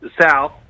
south